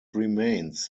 remains